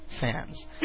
fans